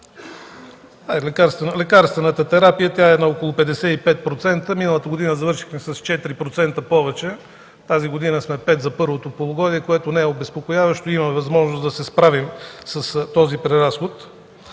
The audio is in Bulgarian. лекарствената терапия – тя е на около 55%. Миналата година завършихме с 4% повече, тази година сме пет за първото полугодие, което не е обезпокояващо. Имаме възможност да се справим с този преразход.